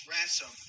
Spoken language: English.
Ransom